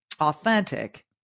authentic